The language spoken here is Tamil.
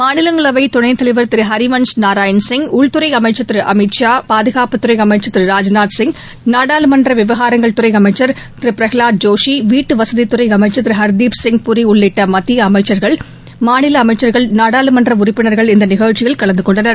மாநிலங்களவை துணைத்தலைவர் திரு ஹரிவன்ஷ் நாராயண்சிங் உள்துறை அமைச்சர் திரு அமித் ஷா பாதுகாப்புத்தறை அமைச்சர் நாடாளுமன்ற விவகாரங்கள் சிங் அமைச்சர் திரு ராஜ்நாத் துறை திரு பிரகவாத் ஜோஷி வீட்டுவசதித்துறை அமைச்சர் திரு ஹர்தீப் சிங் பூரி உள்ளிட்ட மத்திய அமைச்சர்கள் மாநில அமைச்சர்கள் நாடாளுமன்ற உறுப்பினர்கள் இந்த நிகழ்ச்சியில் கலந்தகொண்டனர்